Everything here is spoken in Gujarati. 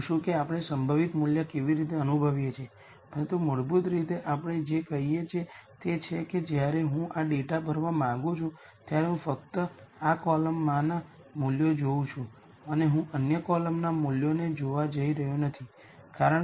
જો આઇગન વૅલ્યુઝમાંથી કોઈ શૂન્ય ન હોય તો તેનો મૂળભૂત અર્થ એ છે કે મેટ્રિક્સ A ફુલ રેન્ક છે અને તેનો અર્થ એ કે હું ક્યારેય A v 0 હલ કરી શકતો નથી અને નોન ટ્રિવીઅલ v મળે છે